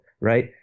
right